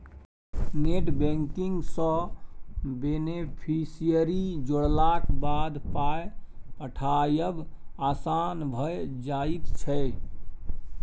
net banking सँ beneficiary जोड़लाक बाद पाय पठायब आसान भऽ जाइत छै